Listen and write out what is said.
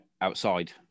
outside